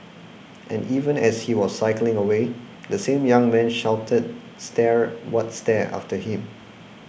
and even as he was cycling away the same young man shouted stare what stare after him